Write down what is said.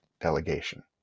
delegation